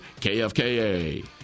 KFKA